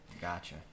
Gotcha